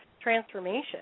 transformation